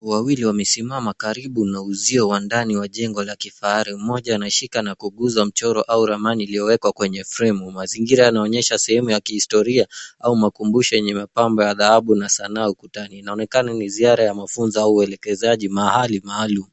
Wawili wamesimama karibu na uzio wa ndani wa jengo la kifahari, mmoja anashika na kuguza mchoro au ramani iliyowekwa kwenye fremu, mazingira yanaonyesha sehemu ya kihistoria au makumbusho yenye mapambo ya dhahabu na sanaa ukutani. Inaonekana ni ziara ya mafunozo au uelekezi maahali maalum.